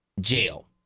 jail